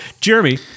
Jeremy